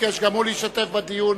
ביקש גם הוא להשתתף בדיון